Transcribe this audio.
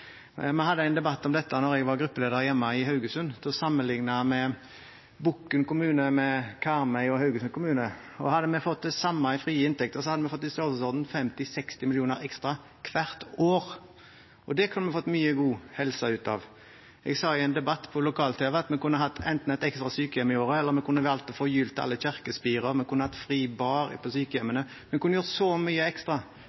Vi hadde en debatt om dette da jeg var gruppeleder hjemme i Haugesund. Da sammenliknet vi Bokn kommune med Karmøy kommune og Haugesund kommune, og hadde vi fått det samme i frie inntekter, hadde vi fått i størrelsesorden 50–60 mill. kr ekstra hvert år. Det kunne vi fått mye god helse ut av. Jeg sa i en debatt på lokal-tv at vi kunne hatt enten et ekstra sykehjem i året, eller vi kunne valgt å forgylle alle kirkespir, eller vi kunne hatt fri bar på sykehjemmene. Vi kunne gjort så mye ekstra